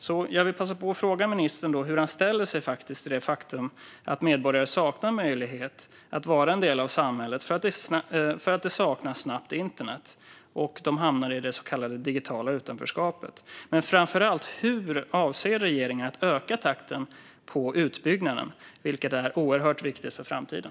Jag vill därför passa på att fråga ministern hur han ställer sig till det faktum att medborgare saknar möjlighet att vara en del av samhället för att de saknar snabbt internet och hamnar i det så kallade digitala utanförskapet. Men framför allt: Hur avser regeringen att öka takten i utbyggnaden, vilket är oerhört viktigt för framtiden?